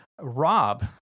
rob